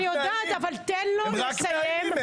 תן לו לסיים.